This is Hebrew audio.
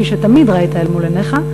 כפי שתמיד ראית אל מול עיניך,